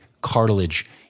cartilage